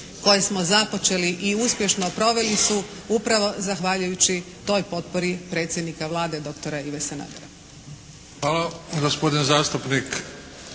koje smo započeli i uspješno proveli su upravo zahvaljujući toj potpori predsjednika Vlade dr. Ive Sanadera. **Bebić, Luka